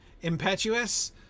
impetuous